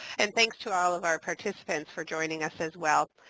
and thanks to all of our participants for joining us as well.